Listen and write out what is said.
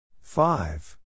Five